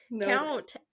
count